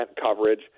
coverage